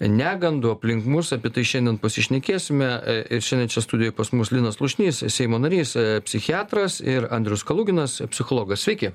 negandų aplink mus api tai šiandien pasišnekėsime ir šiandien čia studijoj pas mus linas slušnys seimo narys psichiatras ir andrius kaluginas psichologas sveiki